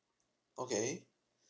okay